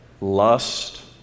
lust